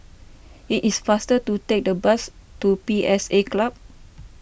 it is faster to take the bus to P S A Club